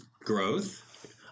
growth